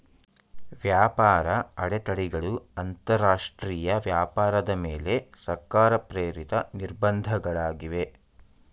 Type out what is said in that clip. ವ್ಯಾಪಾರ ಅಡೆತಡೆಗಳು ಅಂತರಾಷ್ಟ್ರೀಯ ವ್ಯಾಪಾರದ ಮೇಲೆ ಸರ್ಕಾರ ಪ್ರೇರಿತ ನಿರ್ಬಂಧ ಗಳಾಗಿವೆ